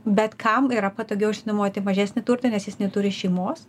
bet kam yra patogiau išnuomoti mažesnį turtą nes jis neturi šeimos